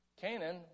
Canaan